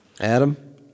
Adam